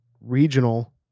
regional